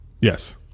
Yes